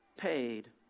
Paid